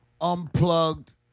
Unplugged